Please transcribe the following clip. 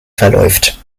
verläuft